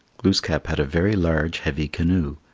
glooskap had a very large heavy canoe.